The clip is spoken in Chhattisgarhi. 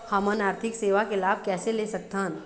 हमन आरथिक सेवा के लाभ कैसे ले सकथन?